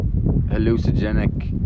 hallucinogenic